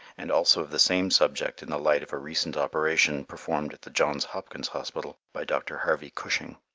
and also of the same subject in the light of a recent operation performed at the johns hopkins hospital by dr. harvey cushing.